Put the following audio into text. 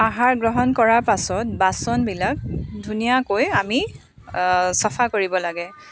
আহাৰ গ্ৰহণ কৰাৰ পাছত বাচনবিলাক ধুনীয়াকৈ আমি চফা কৰিব লাগে